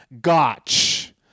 Gotch